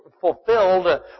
fulfilled